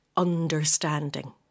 understanding